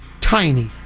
tiny